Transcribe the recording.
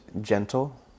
gentle